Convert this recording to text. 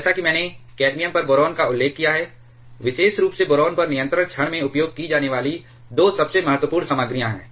जैसा कि मैंने कैडमियम पर बोरॉन का उल्लेख किया है विशेष रूप से बोरान पर नियंत्रण छड़ में उपयोग की जाने वाली दो सबसे महत्वपूर्ण सामग्रियां हैं